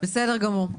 בסדר גמור,